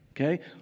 Okay